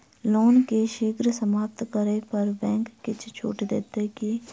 loan केँ शीघ्र समाप्त करै पर बैंक किछ छुट देत की